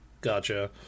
Gotcha